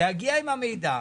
להגיע עם המידע,